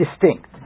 distinct